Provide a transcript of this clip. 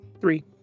Three